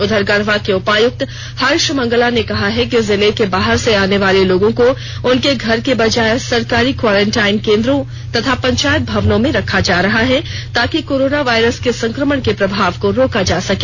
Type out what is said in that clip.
उधर गढ़वा के उपायुक्त हर्ष मंगला ने कहा है कि जिले के बाहर से आने वाले लोगों को उनके घर के वजाय सरकारी क्वायरंटाइन केंद्रों तथा पंचायत भवनों में रखा जा रहा है ताकि कोरोना वायरस के संक्रमण के प्रभाव को रोका जा सके